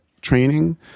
training